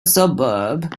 suburb